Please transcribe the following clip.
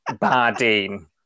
Bardeen